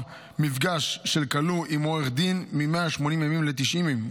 מפגש של כלוא עם עורך דין מ-180 ימים ל-90 ימים.